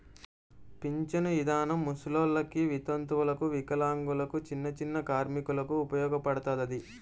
పింఛను ఇదానం ముసలోల్లకి, వితంతువులకు, వికలాంగులకు, చిన్నచిన్న కార్మికులకు ఉపయోగపడతది